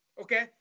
Okay